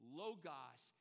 logos